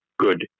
Good